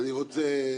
אני רוצה,